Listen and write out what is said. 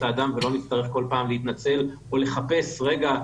האדם ולא נצטרך כל פעם להתנצל או לחפש רגע,